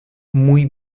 muy